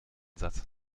satz